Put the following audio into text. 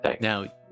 Now